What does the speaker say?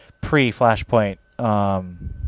pre-Flashpoint